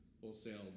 wholesale